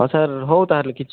ହଁ ସାର୍ ହଉ ତାହେଲେ କିଛି